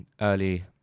early